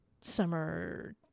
summer